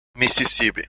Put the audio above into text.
mississippi